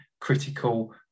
critical